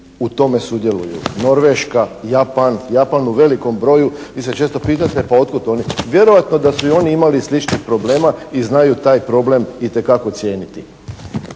u tome sudjeluju: Norveška, Japan, Japan u velikom broju. Vi se često pitate pa od kud oni? Vjerojatno da su i oni imali sličnih problema i znaju taj problem itekako cijeniti.